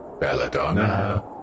Belladonna